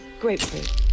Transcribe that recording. Grapefruit